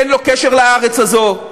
אין לו קשר לארץ הזאת,